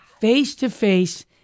face-to-face